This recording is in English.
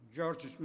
George